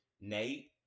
Nate